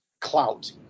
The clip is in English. clout